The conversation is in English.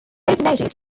orphanages